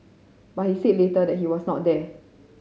but he said later that he was not there